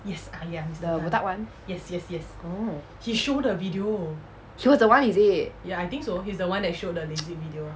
the botak one oh he was the one is it